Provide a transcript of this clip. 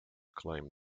claim